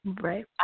Right